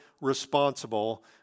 responsible